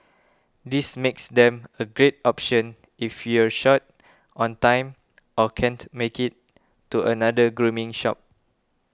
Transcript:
this makes them a great option if you're short on time or can't make it to another grooming shop